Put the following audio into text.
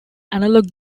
analog